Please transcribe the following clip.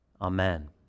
amen